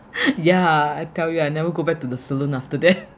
yeah I tell you I never go back to the saloon after that